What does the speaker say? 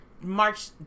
March